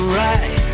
right